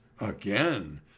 again